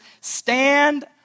stand